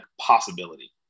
possibility